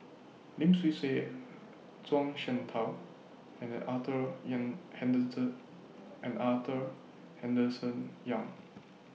Lim Swee Say Zhuang Shengtao and Arthur Young Henderson and Arthur Henderson Young